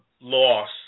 loss